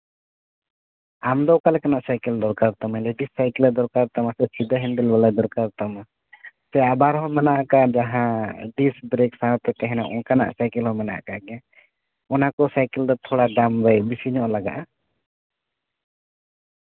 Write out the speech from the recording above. ᱟᱢ ᱫᱚ ᱚᱠᱟᱞᱮᱠᱟᱱᱟᱜ ᱥᱟᱭᱠᱮᱞ ᱫᱚᱨᱠᱟᱨ ᱛᱟᱢᱟ ᱞᱮᱰᱤᱥ ᱥᱟᱭᱠᱮᱞ ᱫᱚᱨᱠᱟᱨ ᱛᱟᱢᱟ ᱥᱮ ᱥᱤᱫᱷᱟ ᱦᱮᱱᱰᱮᱞ ᱵᱟᱞᱟ ᱫᱚᱨᱠᱟᱨ ᱛᱟᱢᱟ ᱥᱮ ᱟᱵᱟᱨ ᱦᱚᱸ ᱢᱮᱱᱟᱜ ᱟᱠᱟᱫ ᱡᱟᱦᱟᱸ ᱰᱤᱥ ᱵᱨᱮᱠ ᱥᱟᱶᱛᱮ ᱛᱟᱦᱮᱸᱱᱟ ᱚᱱᱠᱟᱱᱟᱜ ᱥᱟᱭᱠᱮᱞ ᱦᱚᱸ ᱢᱮᱱᱟᱜ ᱟᱠᱟᱫ ᱜᱮᱭᱟ ᱚᱱᱟ ᱠᱚ ᱥᱟᱭᱠᱮᱞ ᱫᱚ ᱛᱷᱚᱲᱟ ᱫᱟᱢ ᱵᱤᱥᱤ ᱧᱚᱜ ᱞᱟᱜᱟᱜᱼᱟ